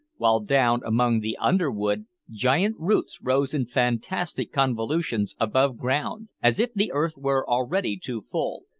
while, down among the underwood, giant roots rose in fantastic convolutions above ground, as if the earth were already too full,